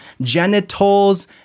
genitals